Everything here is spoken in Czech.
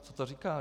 Co to říkal?